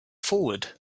forward